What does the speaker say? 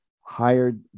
hired